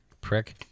Prick